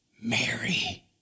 Mary